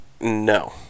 no